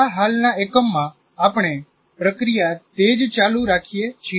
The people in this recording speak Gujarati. આ હાલના એકમમાં આપણે પ્રક્રિયા તે જ ચાલુ રાખીએ છીએ